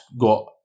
got